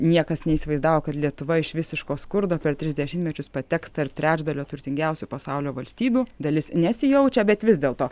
niekas neįsivaizdavo kad lietuva iš visiško skurdo per tris dešimtmečius pateks tar trečdalio turtingiausių pasaulio valstybių dalis nesijaučia bet vis dėlto